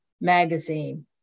magazine